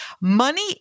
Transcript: Money